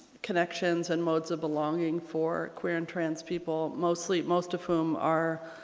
connections and modes of belonging for queer and trans people mostly most of whom are